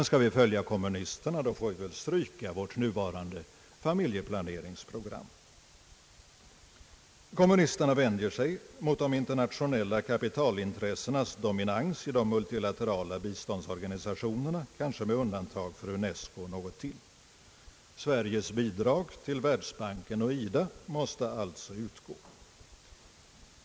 Skall vi följa kommunisterna, får vi stryka vårt nuvarande familjeplaneringsprogram. Kommunisterna vänder sig emot de internationella kapitalinsatsernas dominans i de multilaterala biståndsorganisationerna, möjligen med undantag för UNESCO och någon till. Sveriges bidrag till världsbanken och IDA måste alltså utgå.